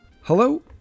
Hello